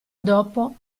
dopo